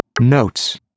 notes